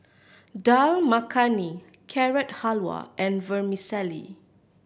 Dal Makhani Carrot Halwa and Vermicelli